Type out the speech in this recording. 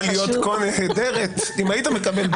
להיות כה נהדרת אם היית מקבל דמות.